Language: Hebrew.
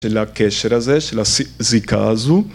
של הקשר הזה, של הזיקה הזו.